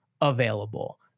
available